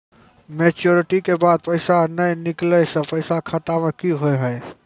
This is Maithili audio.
मैच्योरिटी के बाद पैसा नए निकले से पैसा खाता मे की होव हाय?